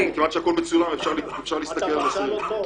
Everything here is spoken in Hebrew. כיוון שהכול מצולם אפשר להסתכל במצלמות.